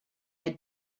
had